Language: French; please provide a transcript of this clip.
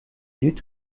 lutte